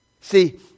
See